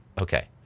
Okay